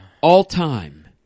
All-time